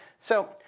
so,